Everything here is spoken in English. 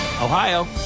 Ohio